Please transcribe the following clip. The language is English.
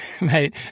mate